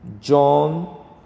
John